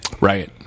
right